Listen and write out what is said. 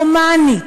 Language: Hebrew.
הומנית,